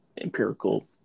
empirical